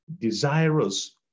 desirous